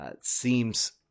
seems